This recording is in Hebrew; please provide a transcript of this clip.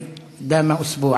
הד"ר עבדאללה שאל אותי,